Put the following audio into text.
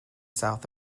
south